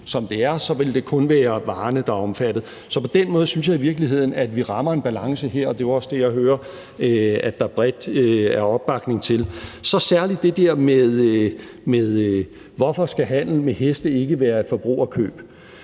som det er, kun ville være varerne, der var omfattet. Så på den måde synes jeg i virkeligheden vi rammer en balance her, og det er jo også det, jeg hører der bredt er opbakning til. Så er der særlig det der med, hvorfor handel med heste ikke skal være et forbrugerkøb,